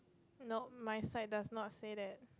nope my side does not say that